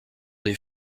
des